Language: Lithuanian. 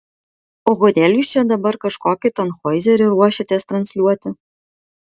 o kodėl jūs čia dabar kažkokį tanhoizerį ruošiatės transliuoti